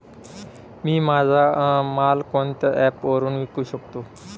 मी माझा माल कोणत्या ॲप वरुन विकू शकतो?